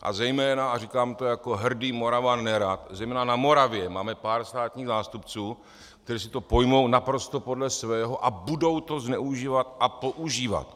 A zejména a říkám to jako hrdý Moravan nerad zejména na Moravě máme pár státních zástupců, kteří to pojmou naprosto podle svého a budou to zneužívat a používat.